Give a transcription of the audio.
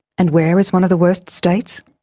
and where is one of the worst states?